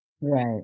Right